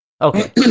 Okay